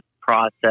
process